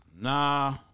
Nah